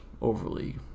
overly